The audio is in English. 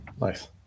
Nice